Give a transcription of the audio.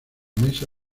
mesa